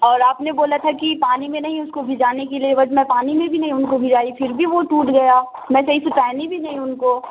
اور آپ نے بولا تھا کہ پانی میں نہیں اس کو بھگانے کے لیے بٹ میں پانی میں بھی نہیں ان کو بھگائی پھر بھی وہ ٹوٹ گیا میں صحیح سے پہنی بھی نہیں ان کو